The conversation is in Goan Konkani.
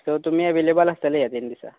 सो तुमी एवेलेबल आसतले ह्या तीन दिसा